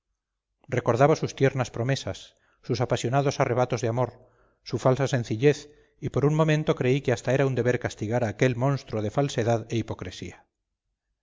recordaba sus tiernas promesas sus apasionados arrebatos de amor su falsa sencillez y por un momento creí que hasta era un deber castigar a aquel monstruo de falsedad e hipocresía